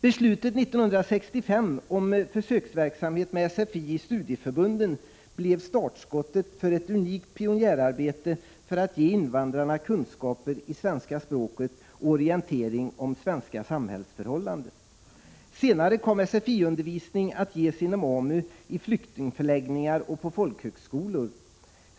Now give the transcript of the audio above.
Beslutet 1965 om försöksverksamhet med sfi i studieförbunden blev startskottet för ett unikt pionjärarbete i syfte att ge invandrarna kunskaper i svenska språket och en orientering om svenska samhällsförhållanden. Senare kom sfi-undervisningen att ges inom AMU, i flyktingförläggningar och på folkhögskolor.